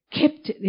Kept